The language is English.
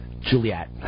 Juliet